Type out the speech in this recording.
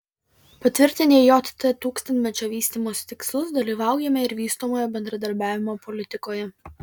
patvirtinę jt tūkstantmečio vystymosi tikslus dalyvaujame ir vystomojo bendradarbiavimo politikoje